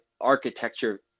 architecture